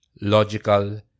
logical